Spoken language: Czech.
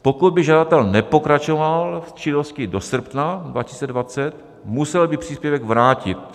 Pokud by žadatel nepokračoval v činnosti do srpna 2020, musel by příspěvek vrátit.